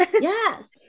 Yes